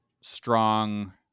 strong